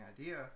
idea